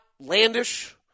outlandish